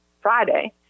Friday